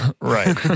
Right